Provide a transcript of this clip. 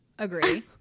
Agree